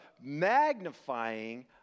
magnifying